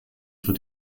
für